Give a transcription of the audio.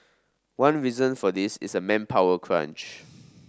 one reason for this is a manpower crunch